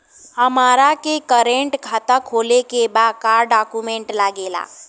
हमारा के करेंट खाता खोले के बा का डॉक्यूमेंट लागेला?